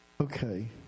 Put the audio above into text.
Okay